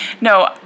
no